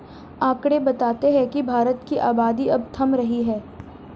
आकंड़े बताते हैं की भारत की आबादी अब थम रही है